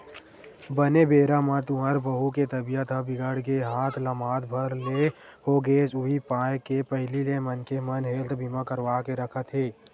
बने बेरा म तुँहर बहू के तबीयत ह बिगड़ गे हाथ लमात भर ले हो गेस उहीं पाय के पहिली ले मनखे मन हेल्थ बीमा करवा के रखत हे